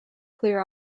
clear